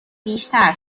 بیشتر